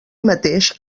mateix